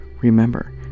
Remember